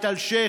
את אלשיך,